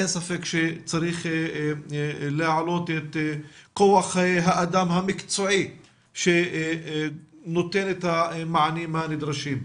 אין ספק שצריך להעלות את כוח האדם המקצועי שנותן את המענים הנדרשים.